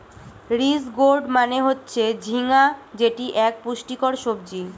ridge gourd মানে হচ্ছে ঝিঙ্গা যেটি এক পুষ্টিকর সবজি